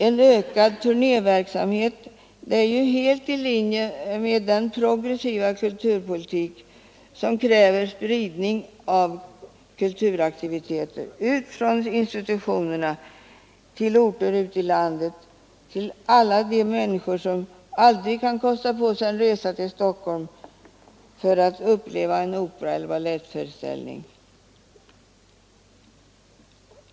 En ökad turnéverksamhet är ju helt i linje med den progressiva kulturpolitik som kräver spridning av kulturaktiviteter, ut från institutionerna till orter ute i landet, till alla människor som aldrig kan kosta på sig en resa till Stockholm för att uppleva en operaeller balettföreställning.